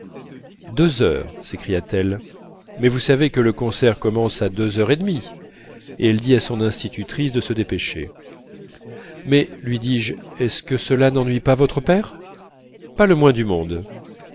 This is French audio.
deux heures s'écria-t-elle mais vous savez que le concert commence à deux heures et demie et elle dit à son institutrice de se dépêcher mais lui dis-je est-ce que cela n'ennuie pas votre père pas le moins du monde